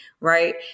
right